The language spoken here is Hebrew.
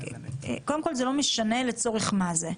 קודם כל זה לא משנה לצורך מה זה.